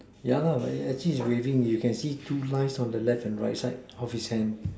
yeah actually is waving you can see two signs on the left and right side of his hands